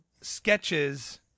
sketches